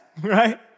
right